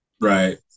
right